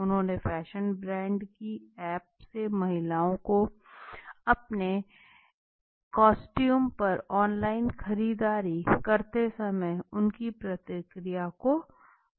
उन्होंने fashion brand की app से महिलाओं को अपने कंप्यूटर पर ऑनलाइन खरीदारी करते समय उनकी प्रक्रिया को दर्शाया